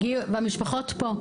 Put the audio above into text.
הן פה.